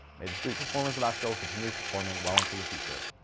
may the street performers of asheville continue performing well into the future.